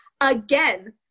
again